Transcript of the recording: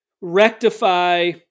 rectify